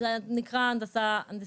אתם מדברים בעיקר על הנדסת מבנים, נכון?